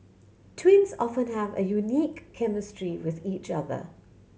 twins often have a unique chemistry with each other